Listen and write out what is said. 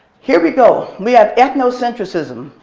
here we go. we have ethnocentrism.